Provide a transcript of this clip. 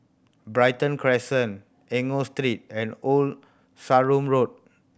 Brighton Crescent Enggor Street and Old Sarum Road